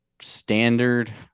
standard